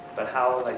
but how like,